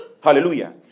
Hallelujah